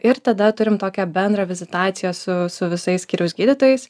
ir tada turim tokią bendrą vizitaciją su su visais skyriaus gydytojais